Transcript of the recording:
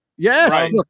Yes